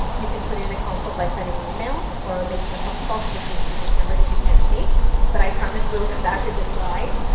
you can put in a consult by sending an email or phone call to this mysterious number that you can't see but i promise we'll come back to this slide,